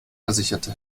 versicherte